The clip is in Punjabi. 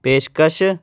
ਪੇਸ਼ਕਸ਼